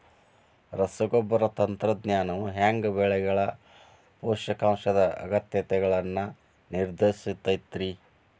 ರಸಗೊಬ್ಬರ ತಂತ್ರಜ್ಞಾನವು ಹ್ಯಾಂಗ ಬೆಳೆಗಳ ಪೋಷಕಾಂಶದ ಅಗತ್ಯಗಳನ್ನ ನಿರ್ಧರಿಸುತೈತ್ರಿ?